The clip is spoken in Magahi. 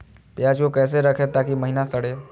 प्याज को कैसे रखे ताकि महिना सड़े?